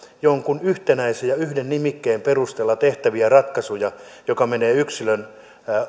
jonkun yhtenäisen ja yhden nimikkeen perusteella tehtäviä ratkaisuja jotka menevät yksilön